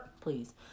please